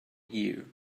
year